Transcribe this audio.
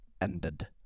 ended